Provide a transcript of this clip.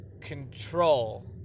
control